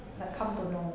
like come to know